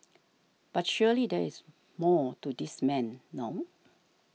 but surely there is more to this man no